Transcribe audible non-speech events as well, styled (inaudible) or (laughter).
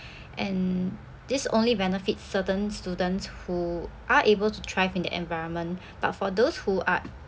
(breath) and this only benefits certain students who are able to thrive in the environment but for those who are